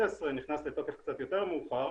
נכנס לתוקף קצת יותר מאוחר,